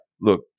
look